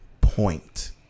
point